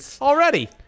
Already